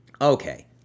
okay